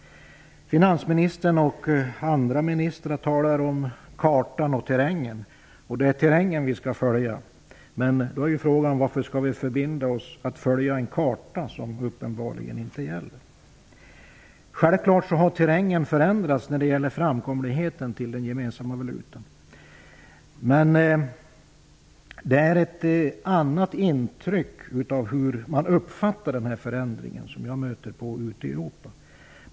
Finansministern och andra ministrar talar om kartan och terrängen. Det är terrängen vi skall följa. Då är frågan varför vi skall förbinda oss att följa en karta som uppenbarligen inte gäller. Självfallet har terrängen förändrats när det gäller framkomligheten till den gemensamma valutan, men ute i Europa möter jag ett annat intryck av denna förändring.